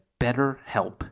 betterhelp